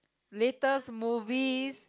latest movies